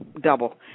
double